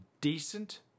decent